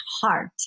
heart